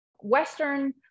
Western